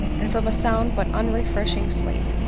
and from a sound but un refreshing sleep,